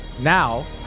Now